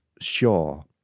sure